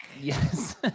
Yes